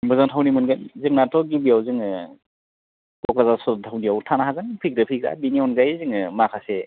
मोजां थावनि मोनगोन जोंनाथ' गिबियाव जोङो क'क्राझार सहर थावनियावबो थानो हागोन फैग्रो फैग्रा बेनि अनगायै जोङो माखासे